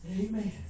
Amen